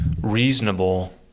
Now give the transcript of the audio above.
reasonable